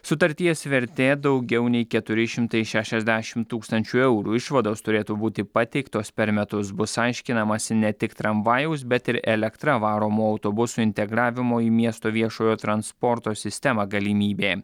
sutarties vertė daugiau nei keturi šimtai šešiasdešim tūkstančių eurų išvados turėtų būti pateiktos per metus bus aiškinamasi ne tik tramvajaus bet ir elektra varomų autobusų integravimo į miesto viešojo transporto sistemą galimybė